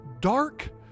dark